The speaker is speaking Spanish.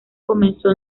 comenzó